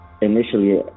initially